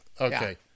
Okay